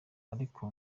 ariko